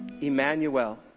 Emmanuel